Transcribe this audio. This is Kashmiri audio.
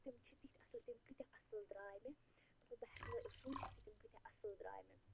تِم چھِ تِتھۍ اصٕل تِم کۭتیٛاہ اصٕل درٛاے مےٚ مطلب بہٕ ہٮ۪کہٕ نہٕ سوٗنٛچِتھ تہِ تِم کۭتیٛاہ اَصٕل درٛاے مےٚ